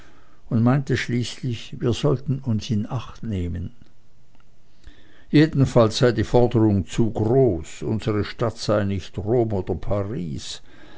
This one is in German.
und meinte schließlich wir sollten uns in acht nehmen jedenfalls sei die forderung zu groß unsere stadt sei nicht rom oder paris